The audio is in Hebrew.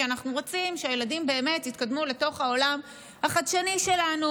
כי אנחנו רוצים שהילדים באמת יתקדמו לתוך העולם החדשני שלנו.